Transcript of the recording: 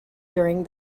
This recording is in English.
during